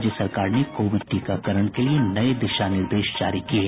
राज्य सरकार ने कोविड टीकाकरण के लिये नये दिशा निर्देश जारी किये